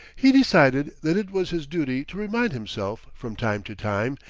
he decided that it was his duty to remind himself, from time to time,